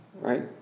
right